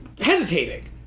hesitating